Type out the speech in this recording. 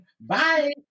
Bye